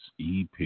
EP